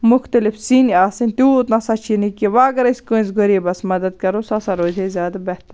مُختٔلِف سِنۍ آسٕنۍ تیوٗت نہ سا چھُنہٕ یہِ کیٚنٛہہ وۄنۍ اَگرے أسۍ کٲنٛسہِ غریٖبَس مدد کرو سُہ ہسا روزِ ہے زیادٕ بہتر